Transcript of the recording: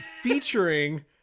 Featuring